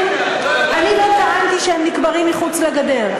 אני לא טענתי שהם נקברים מחוץ לגדר.